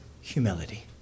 humility